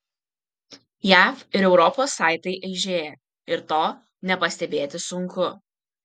jav ir europos saitai aižėja ir to nepastebėti sunku